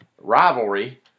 rivalry